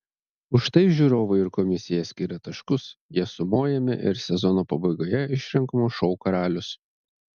už tai žiūrovai ir komisija skiria taškus jie sumojami ir sezono pabaigoje išrenkamas šou karalius